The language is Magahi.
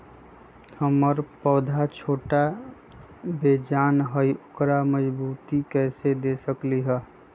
हमर पौधा छोटा बेजान हई उकरा मजबूती कैसे दे सकली ह?